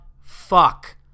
fuck